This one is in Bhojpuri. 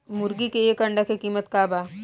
मुर्गी के एक अंडा के कीमत का बा?